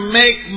make